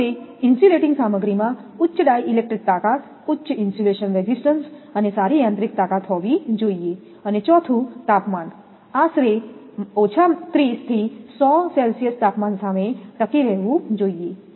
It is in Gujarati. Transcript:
તેથી ઇન્સ્યુલેટીંગ સામગ્રીમાં ઉચ્ચ ડાઇ ઇલેક્ટ્રિક તાકાત ઉચ્ચ ઇન્સ્યુલેશન રેઝિસ્ટન્સ સારી યાંત્રિક તાકાત હોવી જોઈએ અને ચોથું તાપમાનઆશરે 30 થી 100 સેલ્સિયસ તાપમાન સામે ટકી રહેવું જોઈએ